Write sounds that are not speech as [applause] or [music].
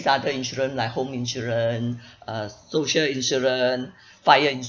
other insurance like home insurance [breath] uh social insurance fire